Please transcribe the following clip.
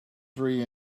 three